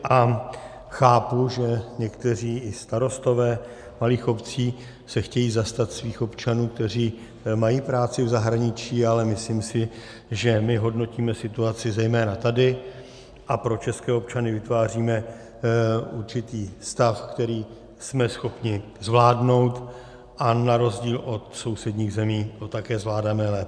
A chápu, že někteří i starostové malých obcí se chtějí zastat svých občanů, kteří mají práci v zahraničí, ale myslím si, že my hodnotíme situaci zejména tady a pro české občany vytváříme určitý stav, který jsme schopni zvládnout, a na rozdíl od sousedních zemí to také zvládáme lépe.